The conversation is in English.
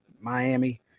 Miami